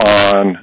on